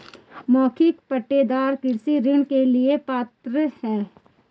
मौखिक पट्टेदार कृषि ऋण के लिए पात्र हैं